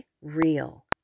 real